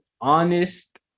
honest